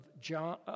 John